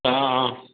অঁ অঁ